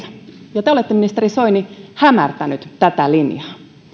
ja te olette ministeri soini hämärtänyt tätä linjaa